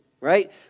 right